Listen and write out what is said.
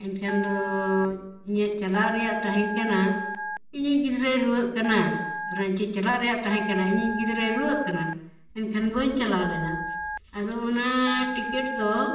ᱮᱱᱠᱷᱟᱱ ᱫᱚ ᱤᱧᱟᱹᱜ ᱪᱟᱞᱟᱜ ᱨᱮᱭᱟᱜ ᱛᱟᱦᱮᱸ ᱠᱟᱱᱟ ᱤᱧᱟᱹᱜ ᱜᱤᱫᱽᱨᱟᱹᱭ ᱨᱩᱭᱟᱹᱜ ᱠᱟᱱᱟ ᱨᱟᱺᱪᱤ ᱪᱟᱞᱟᱜ ᱨᱮᱭᱟᱜ ᱛᱟᱦᱮᱸ ᱠᱟᱱᱟ ᱤᱧᱟᱹᱜ ᱜᱤᱫᱽᱨᱟᱹᱭ ᱨᱩᱣᱟᱹᱜ ᱠᱟᱱᱟ ᱮᱱᱠᱷᱟᱱ ᱵᱟᱹᱧ ᱪᱟᱞᱟᱣ ᱞᱮᱱᱟ ᱟᱫᱚ ᱚᱱᱟ ᱴᱤᱠᱮᱴ ᱫᱚ